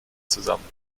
zusammen